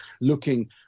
looking